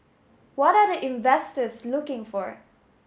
what are the investors looking for